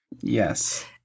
Yes